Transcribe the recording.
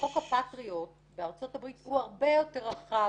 שחוק הפטריוט בארצות-הברית הוא הרבה יותר רחב